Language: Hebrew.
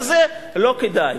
על זה לא כדאי.